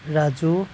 Raju